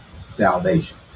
Salvation